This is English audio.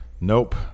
nope